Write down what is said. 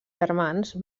germans